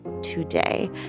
today